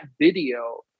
video